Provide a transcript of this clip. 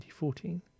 2014